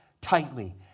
tightly